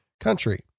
country